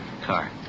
car